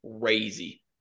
crazy